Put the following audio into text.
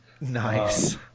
Nice